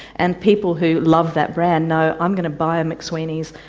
and people who love that brand know i'm going to buy a mcsweeny's,